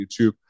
youtube